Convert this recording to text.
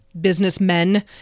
businessmen